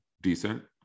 decent